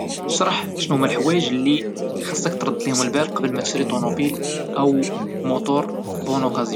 اشرح شنوهوما الحوايج اللي خصك ترد ليهم البال قبل ما تشري طونوبيل او موطور بون اوكازيون.